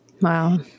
Wow